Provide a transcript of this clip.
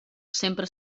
sempre